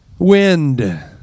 wind